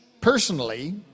personally